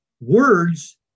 Words